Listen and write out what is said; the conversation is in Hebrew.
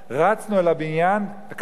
רצנו לבניין וכמה שמחנו.